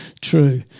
true